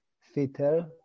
fitter